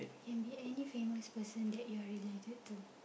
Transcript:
and name any famous person that you are related to